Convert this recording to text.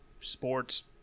Sports